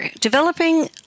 developing